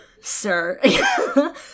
Sir